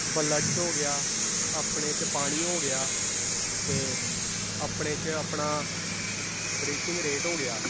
blood हो गेआ अपने च पानी हो गेआ ते अपने च अपना ब्रीदिंग रेट हो गेआ